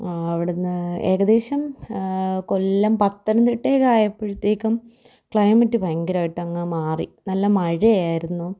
അവിടെനിന്ന് ഏകദേശം കൊല്ലം പത്തനംതിട്ടയൊക്കെ ആയപ്പോഴത്തേക്കും ക്ലൈമറ്റ് ഭയങ്കരമായിട്ടങ്ങു മാറി നല്ല മഴയായിരുന്നു